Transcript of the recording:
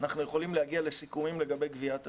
אנחנו יכולים להגיע לסיכומים לגבי גביית התל"ן.